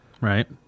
right